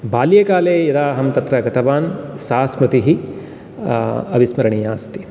बाल्ये काले यदा अहं तत्र गतवान् सा स्मृतिः अविस्मरणीया अस्ति